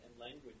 language